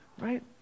right